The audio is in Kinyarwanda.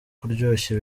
kuryoshya